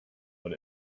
what